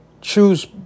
choose